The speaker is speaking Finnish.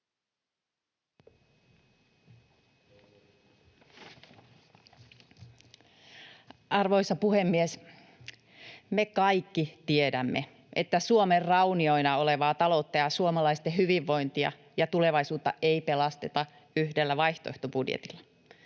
Arvoisa puhemies! Me kaikki tiedämme, että Suomen raunioina olevaa taloutta ja suomalaisten hyvinvointia ja tulevaisuutta ei pelasteta yhdellä vaihtoehtobudjetilla.